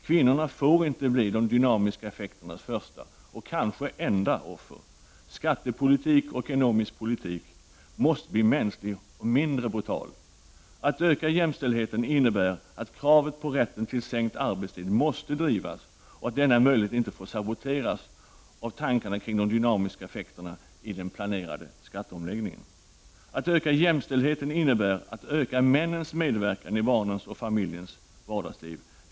Kvinnorna får inte bli de dynamiska effekternas första och kanske enda offer. Skattepolitik och ekonomisk politik måste bli mänskliga och mindre brutala. Att öka jämställdheten innebär att kravet på rätten till minskad arbetstid måste drivas och att denna möjlighet inte får saboteras av tankarna på de dynamiska effekterna i den planerade skatteomläggningen. Att öka jämställdheten innebär att öka männens medverkan i barnens och familjens vardagsliv.